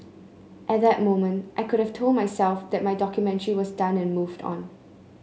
at that moment I could have told myself that my documentary was done and moved on